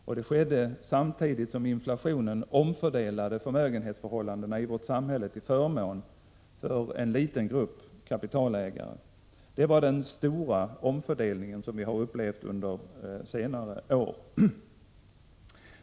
Detta skedde samtidigt som inflationen omfördelade förmögenhetsförhållandena i vårt samhälle till förmån för en liten grupp kapitalägare. Det var den stora omfördelning som vi upplevde under de åren.